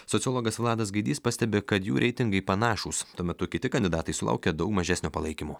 sociologas vladas gaidys pastebi kad jų reitingai panašūs tuo metu kiti kandidatai sulaukė daug mažesnio palaikymo